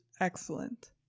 excellent